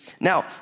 Now